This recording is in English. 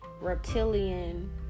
reptilian